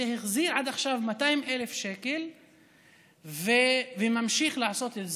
החזיר עד עכשיו 200,000 שקלים וממשיך לעשות את זה?